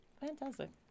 Fantastic